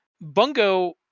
Bungo